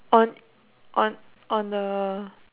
on on on the